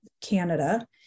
Canada